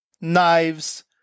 knives